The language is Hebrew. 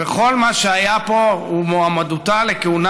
וכל מה שהיה פה הוא מועמדותה לכהונה